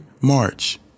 March